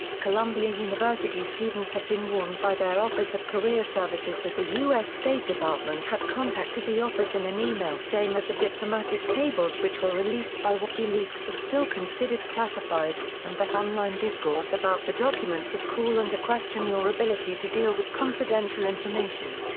columbia university students have been warned by their office of career services that the u s. state department had contacted the office in an email saying that the diplomatic cables which were released by wikileaks were still considered classified and that online discourse about the documents would call into question your ability to deal with confidential information.